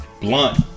blunt